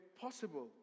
possible